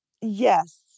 Yes